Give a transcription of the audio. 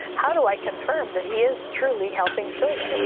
how do i confirm that he is truly helping children?